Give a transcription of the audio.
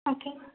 okay